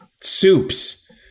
Soups